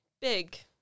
big